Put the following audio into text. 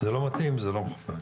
זה לא מתאים וזה לא מכובד.